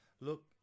look